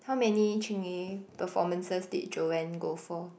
how many Chingay performances did Joann go for